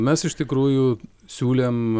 mes iš tikrųjų siūlėm